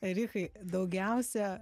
richai daugiausia